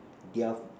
their